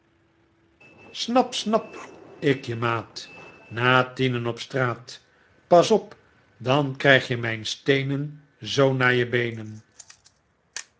snap snap ik je maat na tieneu op straat pas op i dan krijg je mijn steenen zoo naar je beenen